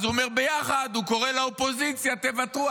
הוא אומר: ביחד, הוא קורא לאופוזיציה: תוותרו.